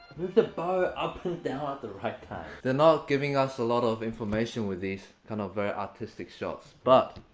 move the bow up and down at the right time! they're not giving us a lot of information with these. kind of very artistic shots. but.